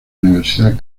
universidad